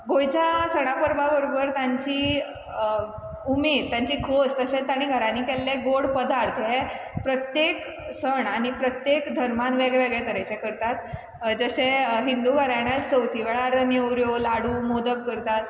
गोंयच्या सणा परबा बरोबर तांची उमेद तांची खोस तशेंच तांणी घरान केल्ले गोड पदार्थ हे प्रत्येक सण आनी प्रत्येक धर्मान वेगवेगळे तरेचे करतात जशें हिंदू घराण्यान चवती वेळार लाडू नेवरी मोदक करतात